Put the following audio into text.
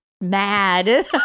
mad